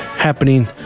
Happening